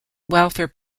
welfare